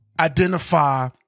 identify